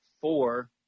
Four